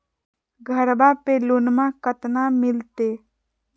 घरबा पे लोनमा कतना मिलते?